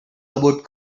about